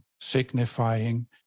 signifying